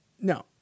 No